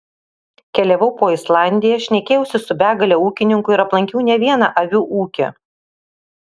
keliavau po islandiją šnekėjausi su begale ūkininkų ir aplankiau ne vieną avių ūkį